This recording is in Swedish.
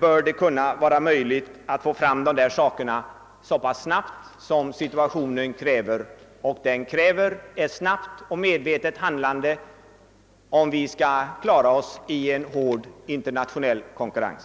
bör vara möjligt att få fram ett material så snabbt som situationen kräver. Varvsindustrins problem är vårt stora exportkreditproblem. Det kräver ett snabbt och medvetet handlande, om vi skall kunna klara oss i en hård internationell konkurrens.